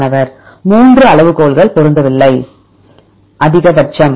மாணவர் 3 அளவுகோல்கள் பொருந்தவில்லை அதிகபட்சம்